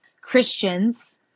Christians